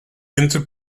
into